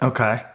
Okay